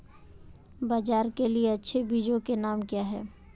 बाजरा के लिए अच्छे बीजों के नाम क्या हैं?